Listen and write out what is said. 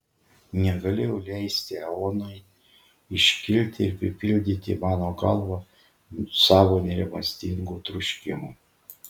negalėjau leisti eonai iškilti ir pripildyti mano galvą savo nerimastingų troškimų